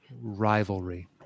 rivalry